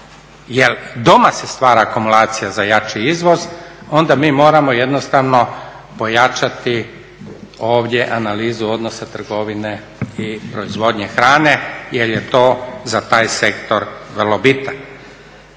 jer doma se stvara … za jači izvoz, onda mi moramo jednostavno pojačati ovdje analizu odnosa trgovine i proizvodnje hrane jer je to za taj sektor vrlo bitno.